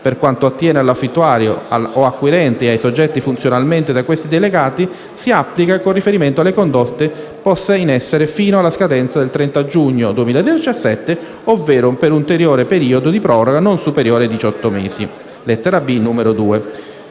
per quanto attiene all'affittuario o acquirente e ai soggetti funzionalmente da questi delegati, si applica con riferimento alle condotte poste in essere fino alla scadenza del 30 giugno 2017 ovvero per un periodo ulteriore di proroga non superiore ai diciotto mesi (lettera *b*) n.